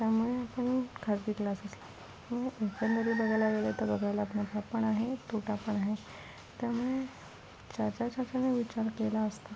त्यामुळे आपण घरची क्लासेस पण आहे तोटा पण आहे त्यामुळे विचार केला असता